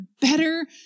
better